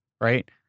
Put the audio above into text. right